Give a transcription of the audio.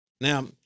Now